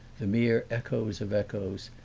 the mere echoes of echoes,